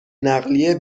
نقلیه